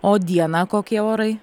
o dieną kokie orai